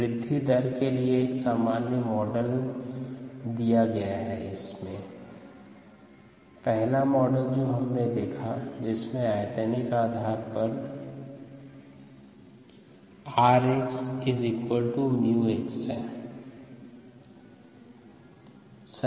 वृद्धि दर के लिए एक सामान्य मॉडल्स स्लाइड समय 1330 में देख सकते है पहला मॉडल जो हमने देखा था जिसमें आयतनिक के आधार पर 𝑟𝑥 𝜇𝑥 वर्तमान स्थिति में dxdt के बराबर है